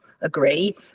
agree